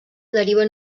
deriva